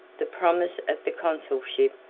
the promise of the consulship,